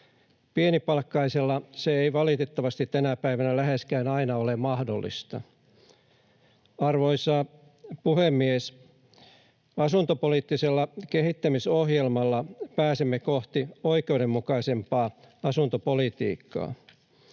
Pienipalkkaiselle se ei valitettavasti tänä päivänä läheskään aina ole mahdollista. Arvoisa puhemies! Asuntopoliittisella kehittämisohjelmalla pääsemme kohti oikeudenmukaisempaa asuntopolitiikkaa.